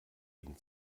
ihn